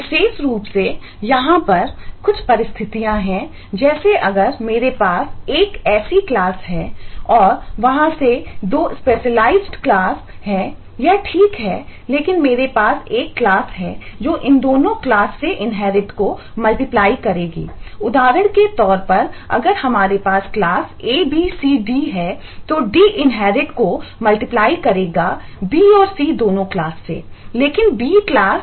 विशेष रुप से यहां पर कुछ महत्वपूर्ण परिस्थितियां हैं जैसे अगर मेरे पास एक ऐसी क्लास